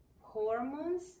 hormones